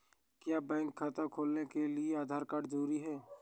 क्या बैंक खाता खोलने के लिए आधार कार्ड जरूरी है?